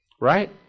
right